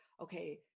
okay